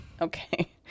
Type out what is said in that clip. okay